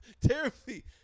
terribly